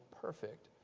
perfect